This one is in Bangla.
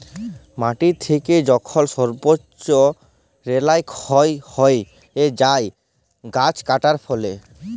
মাটি থেকে যখল সর্বচ্চ লেয়ার ক্ষয় হ্যয়ে যায় গাছ কাটার ফলে